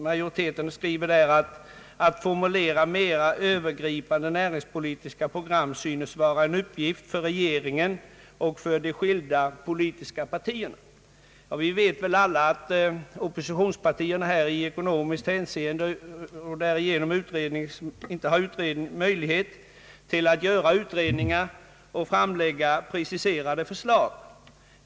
Majoriteten skriver där: »Att formulera mera övergripande näringspolitiska program synes vara en uppgift för regeringen och för de skilda politiska partierna.» Vi vet alla att oppositionspartierna av ekonomiska skäl inte har möjlighet att göra utredningar och framlägga preciserade förslag.